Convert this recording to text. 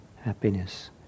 happiness